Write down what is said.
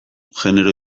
genero